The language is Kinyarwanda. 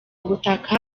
butaka